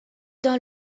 dans